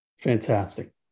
Fantastic